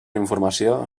informació